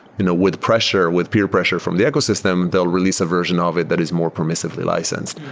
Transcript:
you know with pressure, with peer pressure from the ecosystem, they'll release a version ah of it that is more permissively licensed.